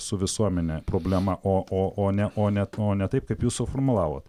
su visuomene problema o o o ne o ne o ne taip kaip jūs suformulavot